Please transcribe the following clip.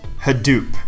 Hadoop